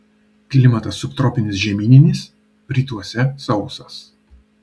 klimatas subtropinis žemyninis rytuose sausas